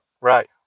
Right